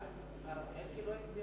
בעד, 24,